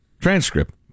transcript